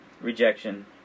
rejection